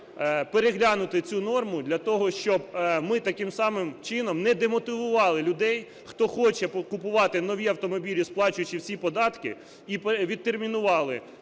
переглянути цю норму для того, щоб ми таким самим чином не демотивували людей, хто хоче купувати нові автомобілі, сплачуючи всі податки. І відтермінували